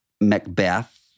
Macbeth